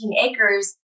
acres